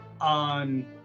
on